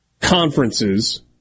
conferences